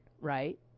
right